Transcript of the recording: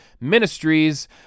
Ministries